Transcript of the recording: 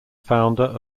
founder